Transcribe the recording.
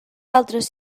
altres